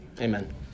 Amen